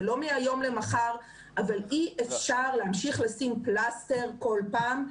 זה לא מהיום למחר אבל אי אפשר להמשיך לשים פלסטר כל פעם.